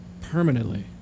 permanently